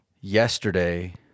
Yesterday